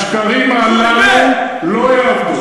השקרים הללו לא יעבדו.